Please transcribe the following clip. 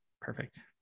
Perfect